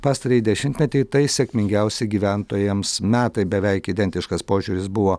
pastarąjį dešimtmetį tai sėkmingiausi gyventojams metai beveik identiškas požiūris buvo